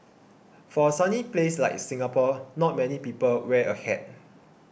for a sunny place like Singapore not many people wear a hat